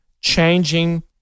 changing